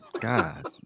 God